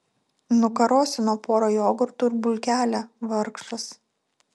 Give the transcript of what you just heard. nukarosino pora jogurtų ir bulkelę vargšas